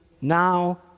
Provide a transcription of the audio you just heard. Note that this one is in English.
now